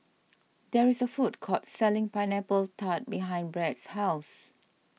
there is a food court selling Pineapple Tart behind Brad's house